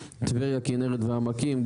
טבריה כנרת והעמקים,